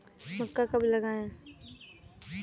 मक्का कब लगाएँ?